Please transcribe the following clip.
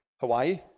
Hawaii